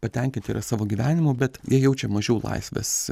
patenkinti yra savo gyvenimu bet jie jaučia mažiau laisvės